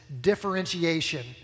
differentiation